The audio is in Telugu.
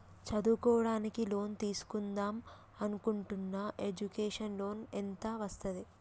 చదువుకోవడానికి లోన్ తీస్కుందాం అనుకుంటున్నా ఎడ్యుకేషన్ లోన్ ఎంత వస్తది?